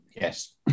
Yes